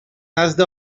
نزد